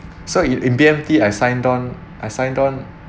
so in in B_M_T I signed on I signed on